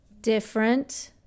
different